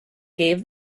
gave